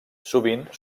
sovint